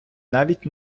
навіть